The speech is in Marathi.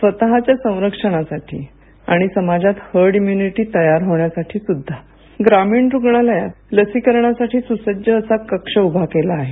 स्वतःच्या संरक्षणसाठी आणि समाजात हर्ड इमयूनिटी तारे होण्यासाठी सुद्धा ग्रामीण रुग्णालयात लसिकरणासाठी सुसज्ज असा कक्ष निर्माण केलं आहे